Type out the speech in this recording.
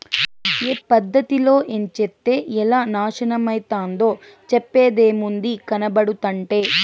ఏ పద్ధతిలో ఏంచేత్తే ఎలా నాశనమైతందో చెప్పేదేముంది, కనబడుతంటే